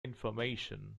information